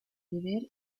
deber